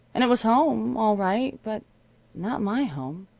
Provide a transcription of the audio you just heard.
and it was home, all right, but not my home.